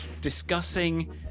discussing